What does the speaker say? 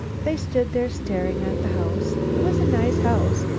they stood there staring at the house. it was a nice house,